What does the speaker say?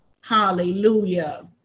Hallelujah